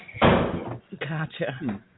Gotcha